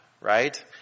right